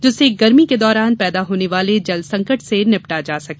जिससे गर्मी के दौरान पैदा होने वाले जलसंकट से निपटा जा सके